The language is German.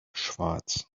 schwarz